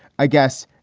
i guess,